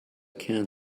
can